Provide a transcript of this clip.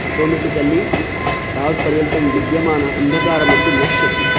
automatically तावत्पर्यन्तं विद्यमान अन्धकारमपि नश्यति